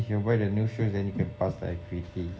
if you buy the new shoes then you can pass the I_P_P_T